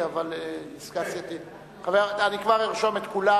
אבל נדמה לי שאני אפשרתי לכם.